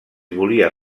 volia